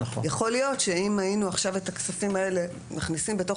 יכול להיות שאם היינו עכשיו את הכספים האלה מכניסים בתוך